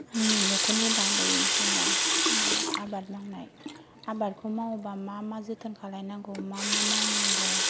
आंनि न'खरनि बारै जेनेबा मा आबाद मावनाय आबादखौ मावोबा मा मा जोथोन खालायनांगौ मा मा मावनांगौ